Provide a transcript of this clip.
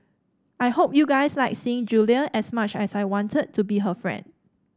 I hope you guys liked seeing Julia as much as I wanted to be her friend